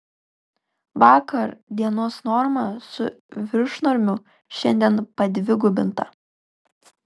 vakar dienos norma su viršnormiu šiandien padvigubinta